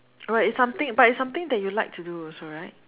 right it's something but it's something that you like to do also right